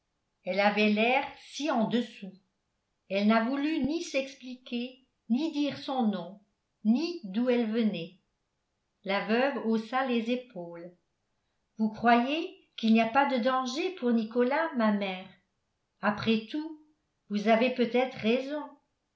elle avait l'air si en dessous elle n'a voulu ni s'expliquer ni dire son nom ni d'où elle venait la veuve haussa les épaules vous croyez qu'il n'y a pas de danger pour nicolas ma mère après tout vous avez peut-être raison